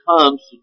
comes